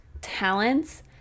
talents